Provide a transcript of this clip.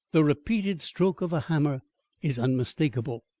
the repeated stroke of a hammer is unmistakable.